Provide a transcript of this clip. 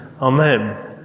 Amen